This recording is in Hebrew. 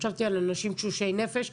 חשבתי על אנשים תשושי נפש,